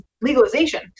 legalization